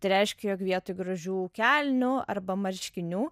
tai reiškia jog vietoj gražių kelnių arba marškinių